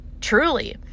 Truly